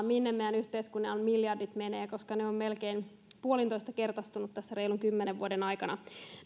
minne meidän yhteiskunnan miljardit menevät koska ne ovat melkein puolitoistakertaistuneet tässä reilun kymmenen vuoden aikana